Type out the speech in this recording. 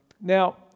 Now